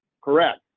correct